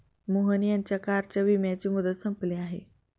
मोहन यांच्या कारच्या विम्याची मुदत संपली आहे